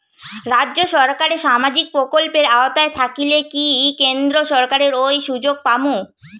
রাজ্য সরকারের সামাজিক প্রকল্পের আওতায় থাকিলে কি কেন্দ্র সরকারের ওই সুযোগ পামু?